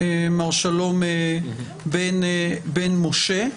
מר שלום בן משה.